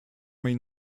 mej